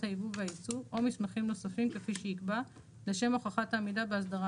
היבוא והיצוא או מסמכים נוספים כפי שיקבע לשם הוכחת העמידה באסדרה